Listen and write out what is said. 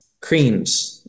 creams